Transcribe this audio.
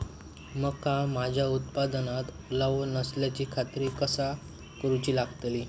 मका माझ्या उत्पादनात ओलावो नसल्याची खात्री कसा करुची लागतली?